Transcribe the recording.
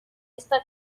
esta